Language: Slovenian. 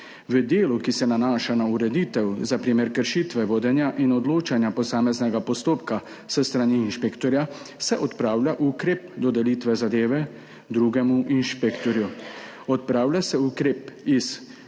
V delu, ki se nanaša na ureditev za primer kršitve vodenja in odločanja posameznega postopka s strani inšpektorja, se odpravlja ukrep dodelitve zadeve drugemu inšpektorju. Odpravlja se ukrep iz